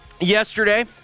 yesterday